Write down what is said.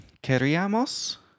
queríamos